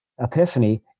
epiphany